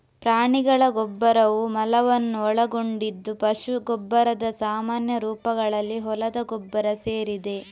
ಪ್ರಾಣಿಗಳ ಗೊಬ್ಬರವು ಮಲವನ್ನು ಒಳಗೊಂಡಿದ್ದು ಪಶು ಗೊಬ್ಬರದ ಸಾಮಾನ್ಯ ರೂಪಗಳಲ್ಲಿ ಹೊಲದ ಗೊಬ್ಬರ ಸೇರಿದೆ